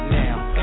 now